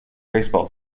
baseball